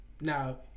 Now